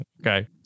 Okay